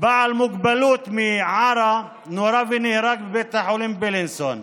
בעל מוגבלות מעארה נורה ונהרג בבית החולים בילינסון,